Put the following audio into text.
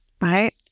right